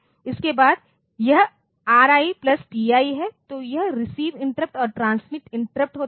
इसके बाद यह RI TI है तो यह रिसीव इंटरप्ट और ट्रांसमिट इंटरप्ट होता है